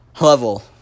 level